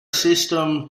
system